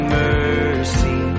mercy